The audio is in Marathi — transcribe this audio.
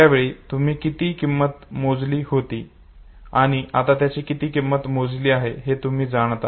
त्यावेळी तुम्ही किती किंमत मोजली होती आणि आता त्याची किती किंमत मोजली आहे हे तुम्ही जाणता